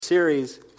Series